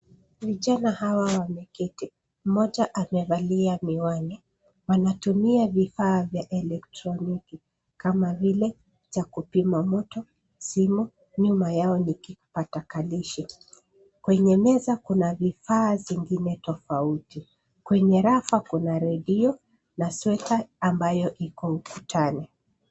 Vijana hawa wameketi. Mmoja amevalia miwani, wanatumia vifaa vya elektroniki kama vile cha kupima moto, simu. Nyuma ya ni kipakatalishi. Kwenye meza kuna vifaa zingine tofauti. Kwenye rafu kuna redio na sweta ambayo iko ukutani.